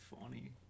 funny